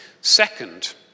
Second